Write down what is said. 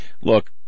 Look